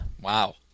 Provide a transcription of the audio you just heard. Wow